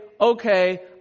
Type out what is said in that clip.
okay